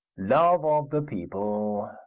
love of the people,